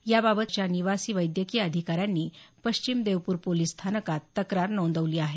याबाबत निवासी वैद्यकीय अधिकाऱ्यांनी पश्चिम देवपूर पोलिस स्थानकात तक्रार नोंदवली आहे